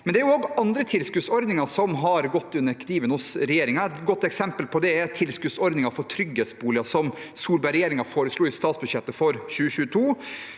på. Det er også andre tilskuddsordninger som har vært under kniven hos regjeringen. Et godt eksempel på det er tilskuddsordningen for trygghetsboliger, som Solberg-regjeringen foreslo i statsbudsjettet for 2022,